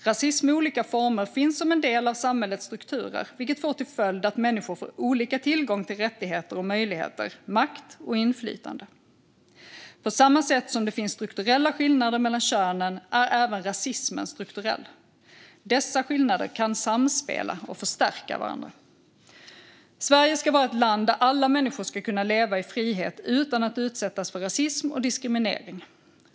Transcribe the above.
Rasism i olika former finns som en del av samhällets strukturer, vilket får till följd att människor får olika tillgång till rättigheter och möjligheter, makt och inflytande. På samma sätt som det finns strukturella skillnader mellan könen är även rasismen strukturell. Dessa skillnader kan samspela och förstärka varandra. Sverige ska vara ett land där alla människor ska kunna leva i frihet utan att utsättas för rasism och diskriminering.